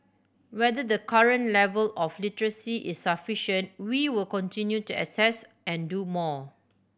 whether the current level of literacy is sufficient we will continue to assess and do more